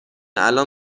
الان